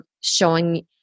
showing